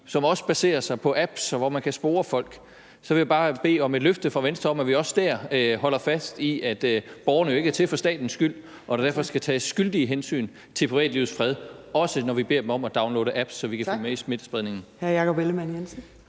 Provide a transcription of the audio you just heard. som også baserer sig på apps, og hvor man kan spore folk, vil jeg bare bede om et løfte fra Venstre om, at vi også dér holder fast i, at borgerne jo ikke er til for statens skyld, og at der derfor skal tages skyldigt hensyn til privatlivets fred, også når vi beder dem om at downloade apps, så vi kan følge med i smittespredningen.